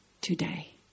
today